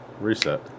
reset